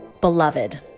beloved